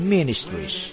Ministries